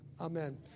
Amen